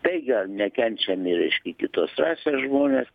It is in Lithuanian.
tai gal nekenčiami reiškia kitos rasės žmonės